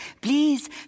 Please